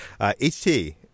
HT